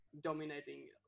dominating